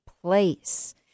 place